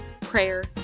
prayer